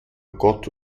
gott